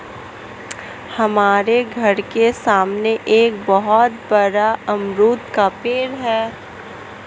हमारे घर के सामने एक बहुत बड़ा अमरूद का पेड़ है